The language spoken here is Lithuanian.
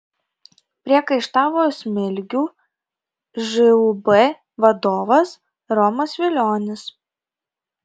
priekaištavo smilgių žūb vadovas romas vilionis